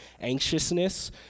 anxiousness